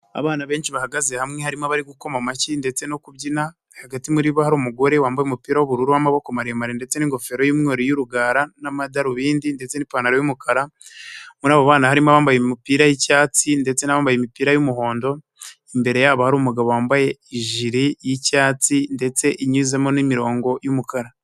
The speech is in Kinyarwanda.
Abana benshi bahagaze hamwe harimo abari gukoma amashyi ndetse no kubyina, hagati muri bo hari umugore wambaye umupira w'amaboko maremare ndetse n'ingofero y'umweru y'urugara n'amadarubindi ndetse n'ipantaro y'umukara, muri abo bana harimo abambaye umupira y'icyatsi ndetse n'abambaye imipira y'umuhondo, imbere yabo hari umugabo wambaye ijiri yi'cyatsi ndetse inyuzemo n'imirongo y'umukara.